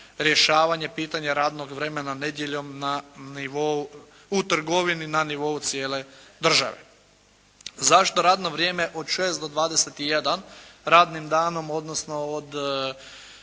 rješavanje pitanja radnog vremena nedjeljom na nivou, u trgovini na nivou cijele države. Zašto radno vrijeme od 6 do 21, radnim danom, odnosno od